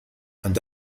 and